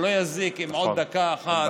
שלא יזיק, נכון, אין בעיה.